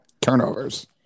Turnovers